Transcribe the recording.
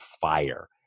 fire